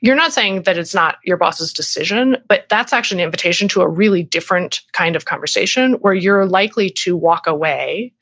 you're not saying that it's not your boss's decision, but that's actually an invitation to a really different kind of conversation where you're likely to walk away